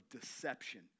deception